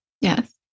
Yes